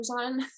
on